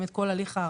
בעיקר.